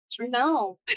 No